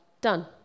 done